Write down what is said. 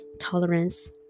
tolerance